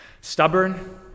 stubborn